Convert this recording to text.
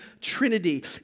trinity